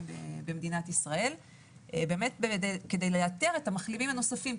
במדינת ישראל כדי לאתר את המחלימים הנוספים,